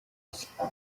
iki